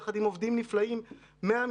יחד עם עובדים נפלאים מהמשרד,